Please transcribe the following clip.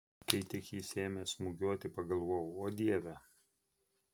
kai tik jis ėmė smūgiuoti pagalvojau o dieve